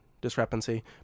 discrepancy